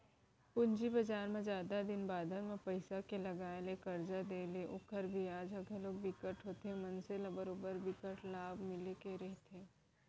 पूंजी बजार म जादा दिन बादर बर पइसा के लगाय ले करजा देय ले ओखर बियाज ह घलोक बिकट होथे मनसे ल बरोबर बिकट लाभ मिले के रहिथे